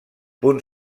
punt